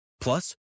Plus